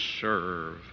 serve